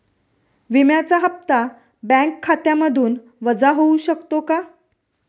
विम्याचा हप्ता बँक खात्यामधून वजा होऊ शकतो का?